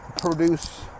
produce